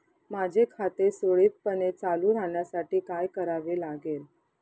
माझे खाते सुरळीतपणे चालू राहण्यासाठी काय करावे लागेल?